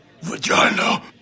Vagina